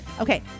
okay